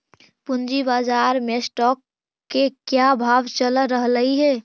पूंजी बाजार में स्टॉक्स के क्या भाव चल रहलई हे